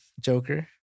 Joker